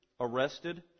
arrested